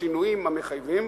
בשינויים המחויבים,